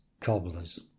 cobblers